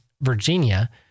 virginia